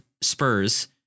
Spurs